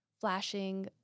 flashing